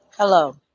Hello